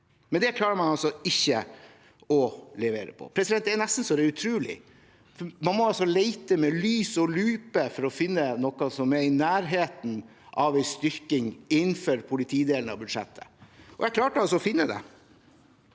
men det klarer man altså ikke å levere på. Det er nesten utrolig. Man må lete med lys og lupe for å finne noe som er i nærheten av en styrking innenfor politidelen av budsjettet, og jeg klarte å finne det: